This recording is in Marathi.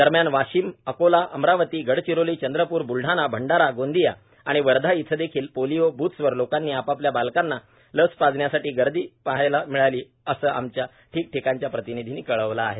दरम्यान वाशीम अकोला अमरावती गडचिरोली चंद्रपूर ब्लढाणा भंडारा गोंदिया आणि वर्धा इथं देखील पोलिओ ब्थ्सवर लोकांची आपल्या बालकांना लस पाजण्यासाठी गर्दी पाहायला मिळाली असं आमच्या ठीक ठिकाणच्या प्रतिनिधींनी कळवलं आहे